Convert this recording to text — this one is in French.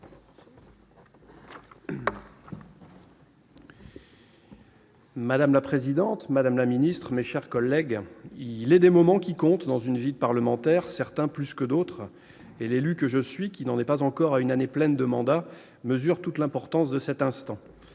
Madame la présidente, madame la ministre, mes chers collègues, il est des moments qui comptent plus que d'autres dans une vie de parlementaire, et l'élu que je suis, qui n'en est pas encore à une année pleine de mandat, mesure toute l'importance de cet instant.